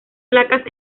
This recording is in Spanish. placas